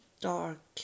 dark